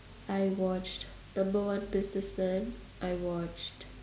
I watched number on business man I watched